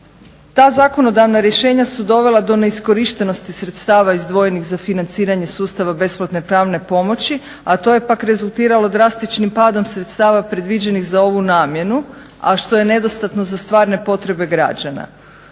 Ta zakonodavna rješenja su dovela do neiskorištenosti sredstava izdvojenih za financiranje sustava besplatne pravne pomoći, a to je pak rezultiralo drastičnim padom sredstava predviđenih za ovu namjenu, a što je nedostatno za stvarne potrebe građana.